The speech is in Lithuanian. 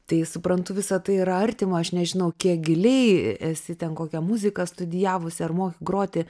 tai suprantu visa tai yra artima aš nežinau kiek giliai esi ten kokią muziką studijavusi ar moki groti